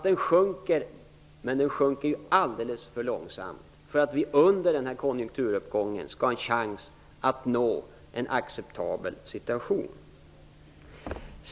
Den sjunker, men alldeles för långsamt för att vi under denna konjunkturuppgång skall ha en chans att hamna i en acceptabel situation.